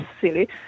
silly